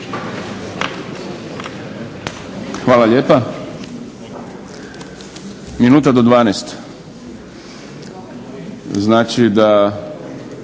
Hvala lijepa. Minuta do 12, znači da